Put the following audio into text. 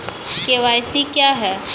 KYC क्या हैं?